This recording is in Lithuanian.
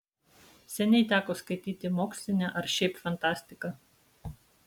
seniai teko skaityti mokslinę ar šiaip fantastiką